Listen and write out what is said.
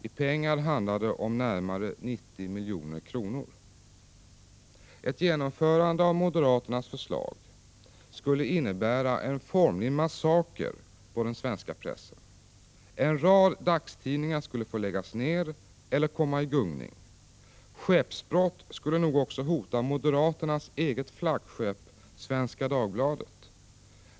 I pengar handlar det om närmare 90 milj.kr. Ett genomförande av moderaternas förslag skulle innebära en formlig massaker på den svenska pressen. En rad dagstidningar skulle få läggas ned eller skulle komma i gungning. Skeppsbrott skulle nog också hota moderaternas eget flaggskepp Svenska Dagbladet.